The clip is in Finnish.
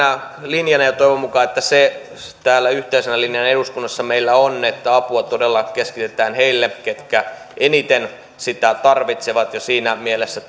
linjana ja toivon mukaan se se täällä yhteisenä linjana meillä eduskunnassa on on että apua todella keskitetään heille ketkä eniten sitä tarvitsevat siinä mielessä